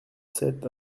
sept